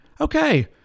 Okay